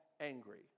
angry